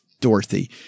Dorothy